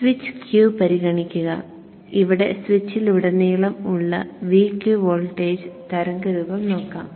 switch Q പരിഗണിക്കുക ഇവിടെ സ്വിച്ചിലുടനീളം ഉള്ള Vq വോൾട്ടേജ് തരംഗരൂപം നോക്കാം